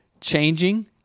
changing